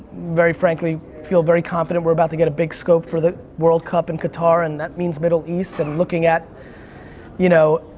very frankly, feel very confident we're about to get a big scope for the world cup in qatar. and that means middle east and looking at you know